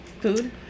Food